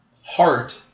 heart